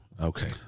Okay